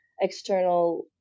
external